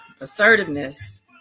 assertiveness